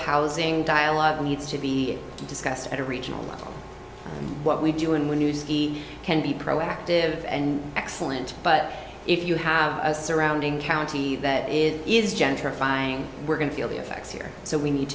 housing dialogue needs to be discussed at a regional level what we do and when you see can be proactive and excellent but if you have a surrounding county that is is gentrifying we're going to feel the effects here so we need